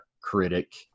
critic